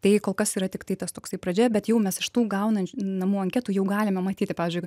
tai kol kas yra tiktai tas toksai pradžia bet jau mes iš tų gaunančių namų anketų jau galima matyti pavyzdžiui